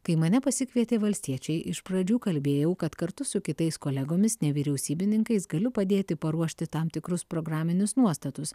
kai mane pasikvietė valstiečiai iš pradžių kalbėjau kad kartu su kitais kolegomis nevyriausybininkais galiu padėti paruošti tam tikrus programinius nuostatus